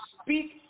speak